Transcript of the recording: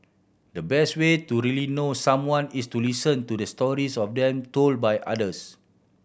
the best way to really know someone is to listen to the stories of them told by others